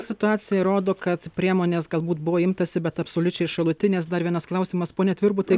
situacija rodo kad priemonės galbūt buvo imtasi bet absoliučiai šalutinės dar vienas klausimas pone tvirbutai